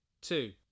two